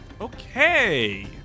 Okay